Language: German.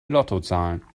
lottozahlen